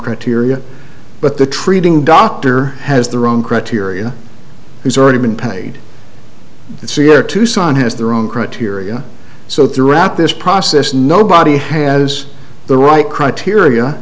criteria but the treating doctor has the wrong criteria he's already been paid this year tucson has their own criteria so throughout this process nobody has the right criteria